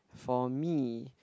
for me